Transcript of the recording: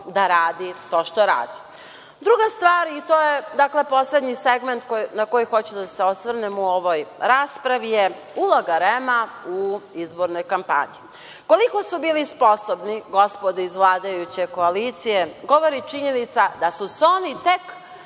da radi to što radi. Druga stvar i to je poslednji segment na koji hoću da se osvrnem u ovoj raspravi je uloga REM-a u izbornoj kampanji. Koliko su bili sposobni gospoda iz vladajuće koalicije, govori činjenica da su se oni tek